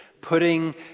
putting